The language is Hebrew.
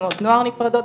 תנועות נוער נפרדות,